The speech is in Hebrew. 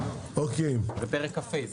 פרק כ"ה.